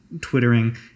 twittering